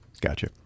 Gotcha